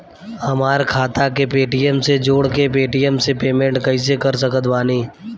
हमार खाता के पेटीएम से जोड़ के पेटीएम से पेमेंट कइसे कर सकत बानी?